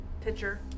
pitcher